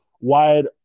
wide